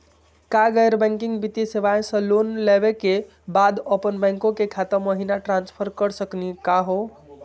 का गैर बैंकिंग वित्तीय सेवाएं स लोन लेवै के बाद अपन बैंको के खाता महिना ट्रांसफर कर सकनी का हो?